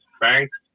thanks